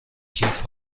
کیف